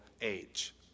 age